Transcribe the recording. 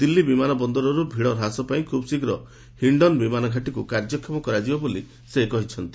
ଦିଲ୍ଲୀ ବିମାନ ବନ୍ଦରରୁ ଭିଡ଼ ହ୍ରାସ ପାଇଁ ଖୁବ୍ଶୀଘ୍ର ହିି୍ଡନ୍ ବିମାନ ଘାଟିକୁ କାର୍ଯ୍ୟକ୍ଷମ କରାଯିବ ବୋଲି ସେ କହିଛନ୍ତି